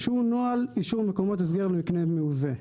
שהוא נוהל אישור מקומות הסגר למקנה מיובא,